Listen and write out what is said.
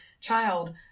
child